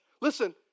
Listen